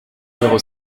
numéro